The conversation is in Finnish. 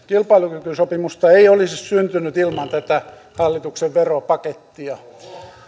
kilpailukykysopimusta ei olisi syntynyt ilman tätä hallituksen veropakettia